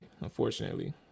unfortunately